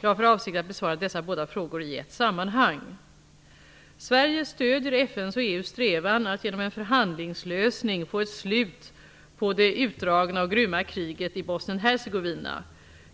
Jag har för avsikt att besvara dessa båda frågor i ett sammanhang. Sverige stöder FN:s och EU:s strävan att genom en förhandlingslösning få ett slut på det utdragna och grymma kriget i Bosnien-Hercegovina.